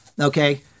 Okay